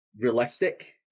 realistic